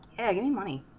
any money